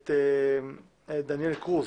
את דניאל קרוז.